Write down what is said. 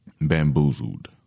bamboozled